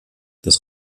das